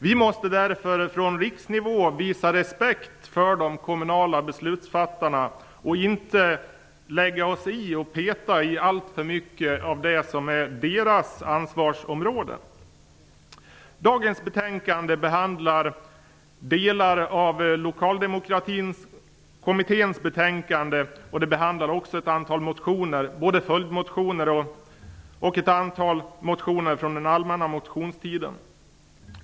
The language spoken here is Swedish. På riksnivå måste vi därför visa respekt för de kommunala beslutsfattarna och inte lägga oss i och peta i allt för mycket av det som är deras ansvarsområden. Dagens betänkande behandlar delar av Lokaldemokratikommitténs betänkande. Det behandlar också ett antal motioner, både följdmotioner och ett antal motioner från den allmänna motionstiden.